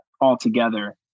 altogether